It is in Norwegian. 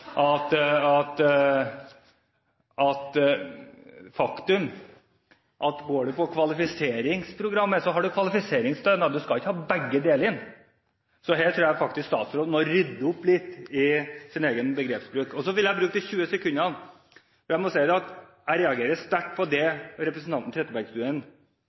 kjære, søte president, faktum er vel – med respekt å melde – at hvis du går på kvalifiseringsprogrammet, har du kvalifiseringsstønad. Du skal ikke ha begge deler. Her tror jeg faktisk statsråden må rydde opp litt i sin egen begrepsbruk. Jeg reagerer sterkt på det som representanten Trettebergstuen